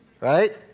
right